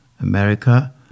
America